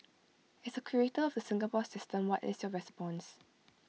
as A creator of the Singapore system what is your response